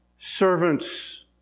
servants